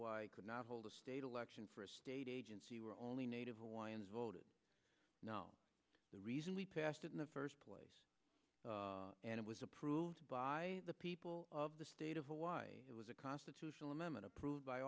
hawaii could not hold a state election for a state agency we're only native hawaiians voted no the reason we passed it in the first place and it was approved by the people of the state of hawaii it was a constitutional amendment approved by